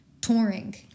touring